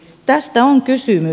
tästä on kysymys